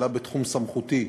שאלה בתחום סמכותי,